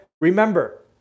Remember